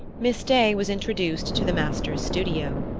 miss day was introduced to the master's studio.